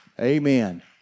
Amen